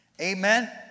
Amen